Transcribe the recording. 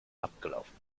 abgelaufen